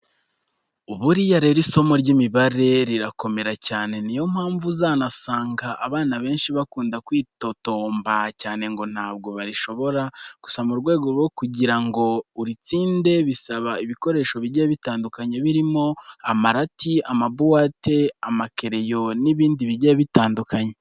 Buriya rero isomo ry'imibare rirakomera cyane, niyo mpamvu uzanasanga abana benshi bakunda kwitotomba cyane ngo ntabwo barishobora, gusa mu rwego rwo kugira ngo uritsinde bisaba ibikoresho bigiye bitandukanye birimo amarati, amabuwate, amakereyo n'ibindi bigiye bitandukanye.